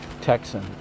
Texan